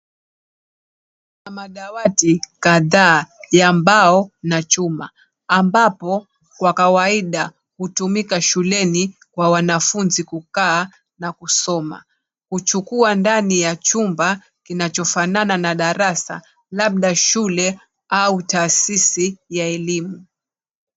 Kuna madawati kadhaa ya mbao na chuma ambapo kwa kawaida hutumika shuleni kwa wanafunzi kukaa na kusoma. Huchukua ndani ya chumba kinachofanana na darasa labda shule au taasisi ya elimu.